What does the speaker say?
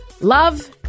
love